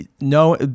no